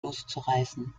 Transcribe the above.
loszureißen